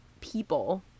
people